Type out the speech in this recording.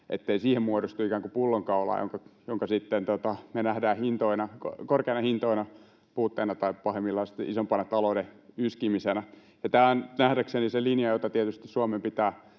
ettei siihen muodostu ikään kuin pullonkaulaa, joka me nähdään sitten korkeina hintoina, puutteena tai pahimmillaan isompana talouden yskimisenä. Ja tämä on nähdäkseni se linja, josta Suomen tietysti pitää pitää